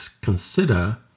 consider